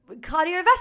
cardiovascular